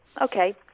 Okay